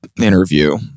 interview